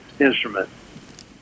instrument